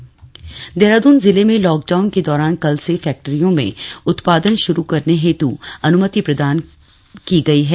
लाक down राहत देहरादून जिले में लाक डाउन के दौरान कल से फैक्टरियों में उत्पादन शुरू करने हेतु अनुमति प्रदान कर दी गयी है